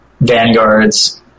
vanguards